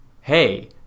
hey